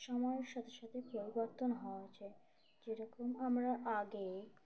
সময়ের সাথে সাথে পরিবর্তন হওয়া চাই যেরকম আমরা আগে